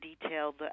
detailed